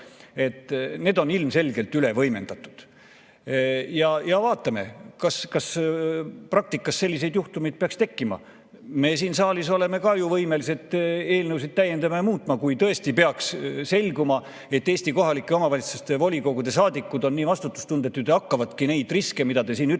–, on ilmselgelt üle võimendatud. Vaatame, kas praktikas selliseid juhtumeid peaks tekkima.Me siin saalis oleme ju võimelised [seaduseid] täiendama ja muutma, kui tõesti peaks selguma, et Eesti kohalike omavalitsuste volikogude saadikud on vastutustundetud ja hakkavadki neid riske, mida te siin mainisite,